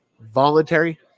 voluntary